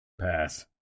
Pass